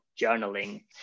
journaling